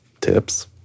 tips